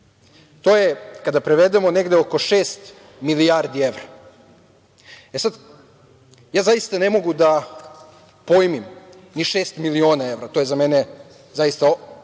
To je kada prevedemo negde oko šest milijardi evra. Ja zaista ne mogu da pojmim ni šest miliona evra, to je za mene zaista